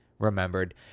Remembered